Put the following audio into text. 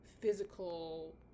physical